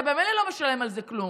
אתה ממילא לא משלם על זה כלום.